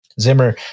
Zimmer